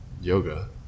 yoga